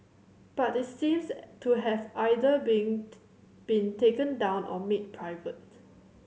but it seems to have either been been taken down or made private